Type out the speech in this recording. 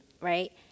right